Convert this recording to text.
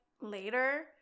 later